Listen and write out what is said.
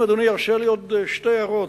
אם אדוני ירשה לי עוד שתי הערות.